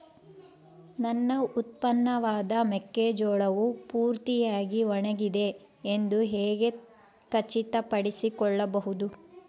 ನನ್ನ ಉತ್ಪನ್ನವಾದ ಮೆಕ್ಕೆಜೋಳವು ಪೂರ್ತಿಯಾಗಿ ಒಣಗಿದೆ ಎಂದು ಹೇಗೆ ಖಚಿತಪಡಿಸಿಕೊಳ್ಳಬಹುದು?